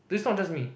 this not just me